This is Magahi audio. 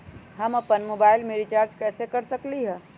हम अपन मोबाइल में रिचार्ज कैसे कर सकली ह?